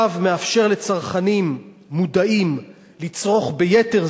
התו מאפשר לצרכנים מודעים לצרוך ביתר